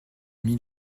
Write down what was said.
mis